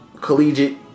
collegiate